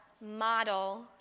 model